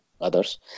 others